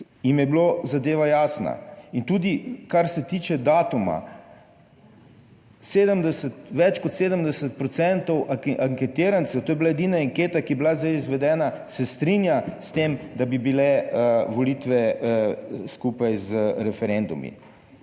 jim je bila zadeva jasna. In tudi kar se tiče datuma, 70, več kot 70 % anketirancev, to je bila edina anketa, ki je bila zdaj izvedena, se strinja s tem, da bi bile volitve skupaj z referendumi.